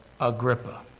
Agrippa